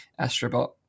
astrobot